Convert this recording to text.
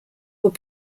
were